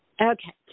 Okay